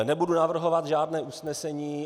Nebudu navrhovat žádné usnesení.